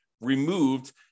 removed